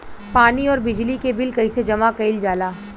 पानी और बिजली के बिल कइसे जमा कइल जाला?